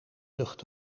lucht